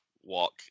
Walk